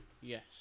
Yes